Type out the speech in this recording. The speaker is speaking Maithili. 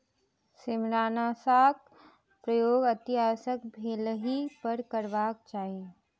सेमारनाशकक प्रयोग अतिआवश्यक भेलहि पर करबाक चाही